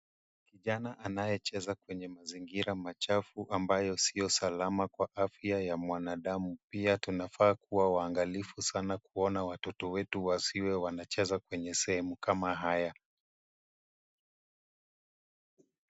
Kijana anayecheza kwenye mazingira machafu ambayo siyo salama kwa afya ya mwanadamu. Pia tunafaa kuwa waangalifu sana kuona watoto wetu wasiwe wanacheza kwenye sehemu kama haya.